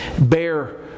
bear